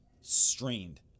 strained